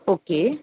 okay